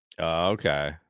Okay